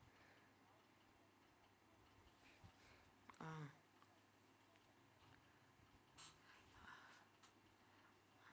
ah